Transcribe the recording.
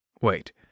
Wait